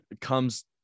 comes